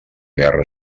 guerra